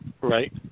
right